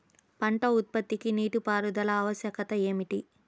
పంట ఉత్పత్తికి నీటిపారుదల ఆవశ్యకత ఏమిటీ?